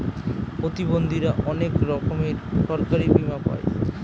প্রতিবন্ধীরা অনেক রকমের সরকারি বীমা পাই